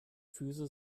füße